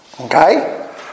Okay